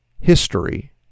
history